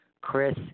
Chris